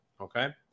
Okay